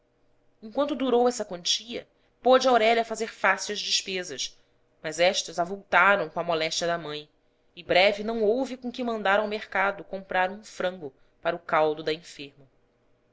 enquanto durou essa quantia pôde aurélia fazer face às despesas mas estas avultaram com a moléstia da mãe e breve não houve com que mandar ao mercado comprar um frango para o caldo da enferma